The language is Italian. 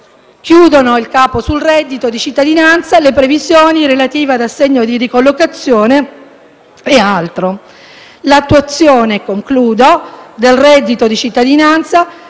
Chiudono il Capo sul reddito di cittadinanza le previsioni relative all'assegno di ricollocazione ed altro. L'attuazione del reddito di cittadinanza